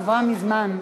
ההצבעה עברה מזמן.